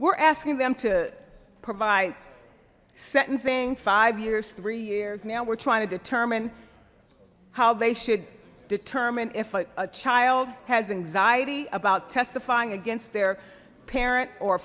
we're asking them to provide sentencing five years three years now we're trying to determine how they should determine if a child has anxiety about testifying against their parent or